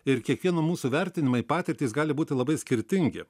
ir kiekvieno mūsų vertinimai patirtys gali būti labai skirtingi